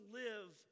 live